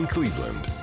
Cleveland